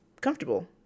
comfortable